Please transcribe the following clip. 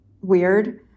weird